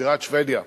בירת שבדיה.